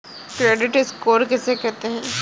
Credit score किसे कहते हैं?